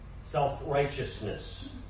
self-righteousness